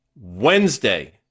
Wednesday